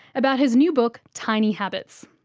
about his new book, tiny habits.